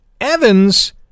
Evans